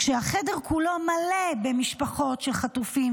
כשהחדר כולו מלא במשפחות של חטופים,